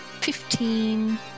fifteen